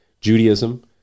Judaism